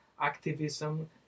activism